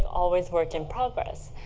always work in progress.